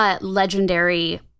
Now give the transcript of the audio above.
Legendary